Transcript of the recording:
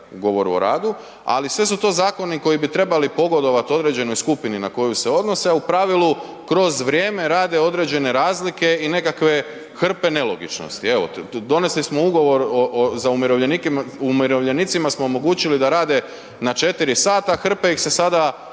ugovor o radu, ali sve su to zakoni koji bi trebali pogodovati određenoj skupini na koju se odnose, a u pravilu kroz vrijeme rade određene razlike i nekakve hrpe nelogičnosti. Evo, donesli smo ugovor o, za umirovljenike, umirovljenicima smo omogućili da rade na 4 sata, hrpe ih se sada